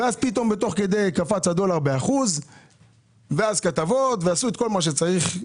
אז פתאום תוך כדי קפץ הדולר באחוז ואז כתבות ועשו את כל מה שצריך,